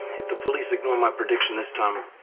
if the police ignore my prediction this time.